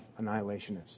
annihilationist